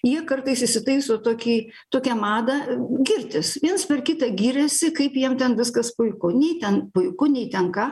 jie kartais įsitaiso tokį tokia madą girtis viens per kitą giriasi kaip jiem ten viskas puiku nei ten puiku nei ten ką